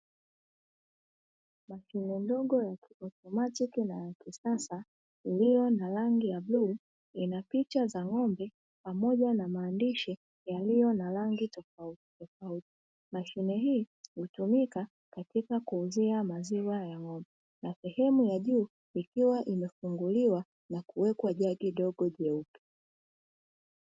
Mashine ndogo ya kiotomatiki na ya kisasa iliyo na rangi ya bluu, ina picha za ng'ombe pamoja na maandishi yaliyo na rangi tofautitofauti. Mashine hii hutumika katika kuuzia maziwa ya ng'ombe, na sehemu ya juu ikiwa imefunguliwa na kuwekwa jagi dogo jeupe.